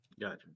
Gotcha